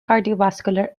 cardiovascular